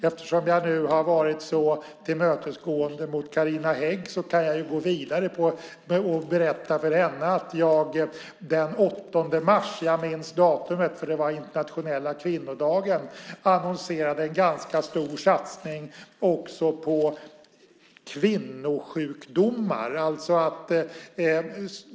Eftersom jag nu har varit så tillmötesgående mot Carina Hägg kan jag gå vidare och berätta för henne att jag den 8 mars - jag minns datumet därför att det var internationella kvinnodagen - annonserade en ganska stor satsning också på kvinnosjukdomar.